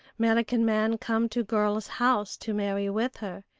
merican man come to girl's house to marry with her.